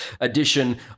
edition